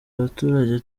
abaturage